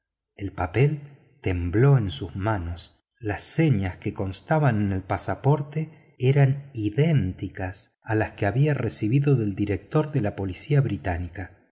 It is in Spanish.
el papel tembló en sus manos las señas que constaban en el pasaporte eran idénticas a las que había recibido del director de la policía británica